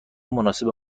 مناسب